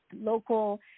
local